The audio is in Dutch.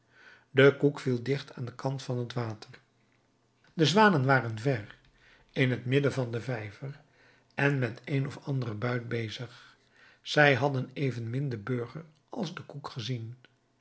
de koek viel dicht aan den kant van t water de zwanen waren ver in het midden van den vijver en met een of anderen buit bezig zij hadden evenmin den burger als den koek gezien